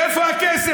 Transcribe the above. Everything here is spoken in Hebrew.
איפה הכסף?